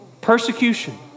Persecution